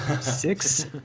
Six